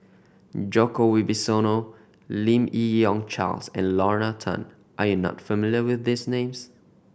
Djoko Wibisono Lim Yi Yong Charles and Lorna Tan are you not familiar with these names